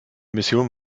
mission